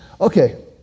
Okay